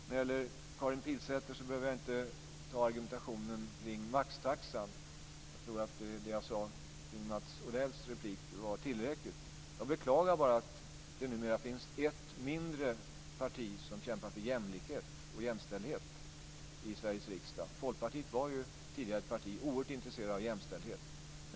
När det gäller Karin Pilsäter behöver jag inte ta argumentationen kring maxtaxan. Jag tror att det jag sade om Mats Odells replik var tillräckligt. Jag beklagar bara att det numera finns ett parti mindre som kämpar för jämlikhet och jämställdhet i Sveriges riksdag. Folkpartiet var tidigare ett parti som var oerhört intresserat av jämställdhet.